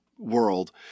world